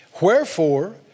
Wherefore